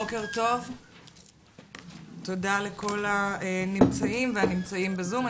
בוקר טוב ותודה לכל הנמצאים והנמצאים בזום ,